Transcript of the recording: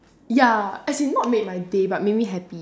ya as in not made my day but made me happy